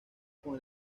con